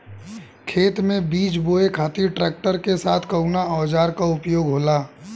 खेत में बीज बोए खातिर ट्रैक्टर के साथ कउना औजार क उपयोग होला?